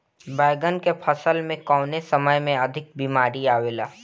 बैगन के फसल में कवने समय में अधिक बीमारी आवेला?